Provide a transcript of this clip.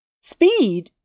Speed